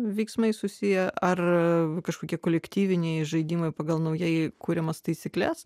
veiksmai susiję ar kažkokie kolektyviniai žaidimai pagal naujai kuriamas taisykles